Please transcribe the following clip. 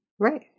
Right